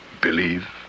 Believe